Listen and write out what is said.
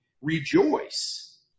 rejoice